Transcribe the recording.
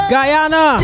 Guyana